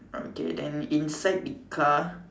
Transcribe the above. okay then inside the car